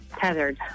tethered